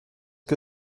que